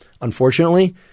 unfortunately